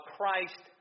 Christ